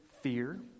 fear